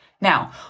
Now